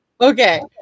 okay